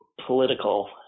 political